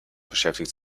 beschäftigt